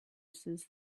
says